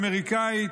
אמריקאית,